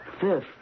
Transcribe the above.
fifth